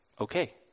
Okay